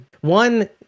one